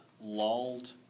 lulled